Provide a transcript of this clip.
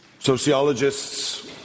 sociologists